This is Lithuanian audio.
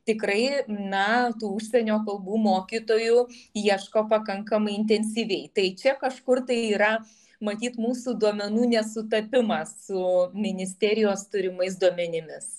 tikrai na tų užsienio kalbų mokytojų ieško pakankamai intensyviai tai čia kažkur tai yra matyt mūsų duomenų nesutapimas su ministerijos turimais duomenimis